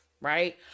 right